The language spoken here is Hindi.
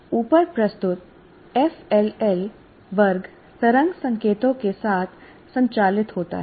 ऊपर प्रस्तुत एफएलएल वर्ग तरंग संकेतों के साथ संचालित होता है